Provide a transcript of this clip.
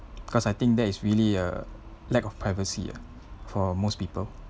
because I think that is really a lack of privacy ah for most people